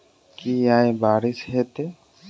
की आय बारिश हेतै?